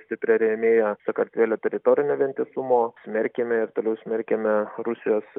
stipria rėmėja sakartvelo teritorinio vientisumo smerkėme ir toliau smerkiame rusijos